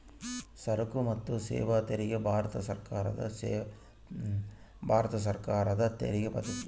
ಸರಕು ಮತ್ತು ಸೇವಾ ತೆರಿಗೆ ಭಾರತ ಸರ್ಕಾರದ ತೆರಿಗೆ ಪದ್ದತಿ